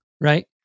right